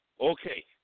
Okay